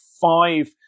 five